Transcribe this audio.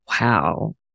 Wow